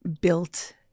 built